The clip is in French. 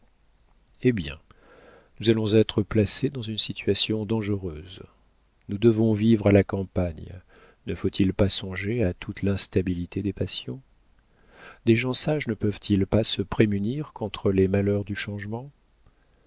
eh bien nous allons être placés dans une situation dangereuse nous devons vivre à la campagne ne faut-il pas songer à toute l'instabilité des passions des gens sages ne peuvent-ils pas se prémunir contre les malheurs du changement